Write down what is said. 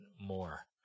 more